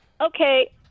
Okay